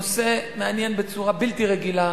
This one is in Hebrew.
נושא מעניין בצורה בלתי רגילה.